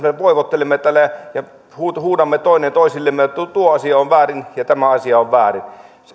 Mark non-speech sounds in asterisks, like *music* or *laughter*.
*unintelligible* me voivottelemme ja huudamme toisillemme että tuo asia on väärin ja tämä asia on väärin